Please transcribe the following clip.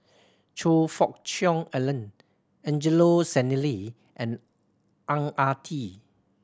Choe Fook Cheong Alan Angelo Sanelli and Ang Ah Tee